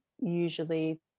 usually